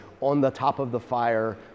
on-the-top-of-the-fire